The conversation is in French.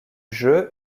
jeu